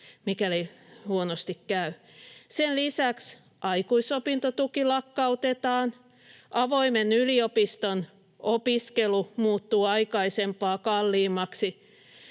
mikäli huonosti käy. Sen lisäksi aikuisopintotuki lakkautetaan ja avoimen yliopiston opiskelu muuttuu aikaisempaa kalliimmaksi.